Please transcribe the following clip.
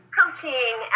coaching